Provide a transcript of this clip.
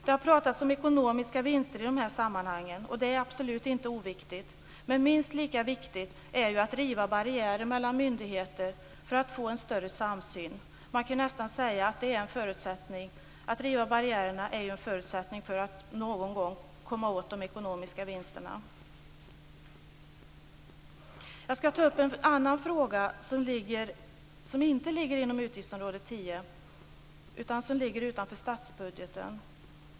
Det har pratats om ekonomiska vinster i de här sammanhangen, och det är absolut inte oviktigt. Men minst lika viktigt är ju att riva barriärer mellan myndigheter för att få en större samsyn. Man kan nästan säga att det är en förutsättning för att någon gång komma åt de ekonomiska vinsterna. Jag skall ta upp en annan fråga som inte ligger inom utgiftsområde 10, utan som ligger utanför statsbudgeten.